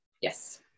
Yes